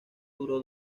duró